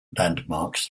landmarks